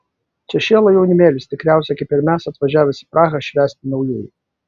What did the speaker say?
čia šėlo jaunimėlis tikriausiai kaip ir mes atvažiavęs į prahą švęsti naujųjų